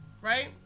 right